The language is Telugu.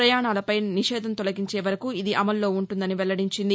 ప్రయాణాలపై నిషేధం తొలగించే వరకూ ఇది అమల్లో ఉంటుందని వెల్లడించింది